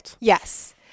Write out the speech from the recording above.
Yes